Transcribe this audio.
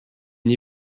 une